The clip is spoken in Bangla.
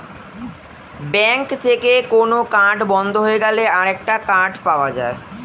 ব্যাঙ্ক থেকে কোন কার্ড বন্ধ হয়ে গেলে আরেকটা কার্ড পাওয়া যায়